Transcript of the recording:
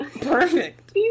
Perfect